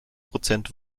prozent